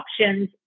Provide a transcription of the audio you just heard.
options